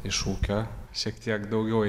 iš ūkio šiek tiek daugiau